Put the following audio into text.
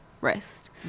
rest